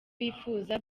bifuza